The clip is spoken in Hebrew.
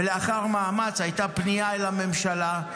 ולאחר מאמץ הייתה פנייה אל הממשלה,